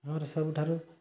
ମୋର ସବୁଠାରୁ